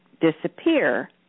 disappear